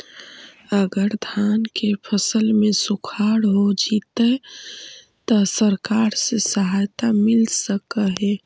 अगर धान के फ़सल में सुखाड़ होजितै त सरकार से सहायता मिल सके हे?